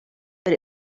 but